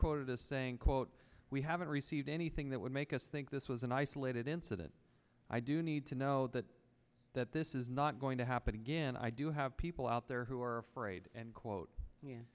quoted as saying quote we haven't received anything that would make us think this was an isolated incident i do need to know that that this is not going to happen again i do have people out there who are afraid and quote y